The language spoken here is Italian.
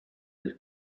del